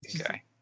Okay